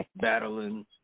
battling